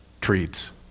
treats